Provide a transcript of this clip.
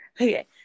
Okay